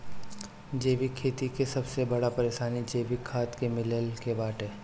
जैविक खेती के सबसे बड़ परेशानी जैविक खाद के मिलला के बाटे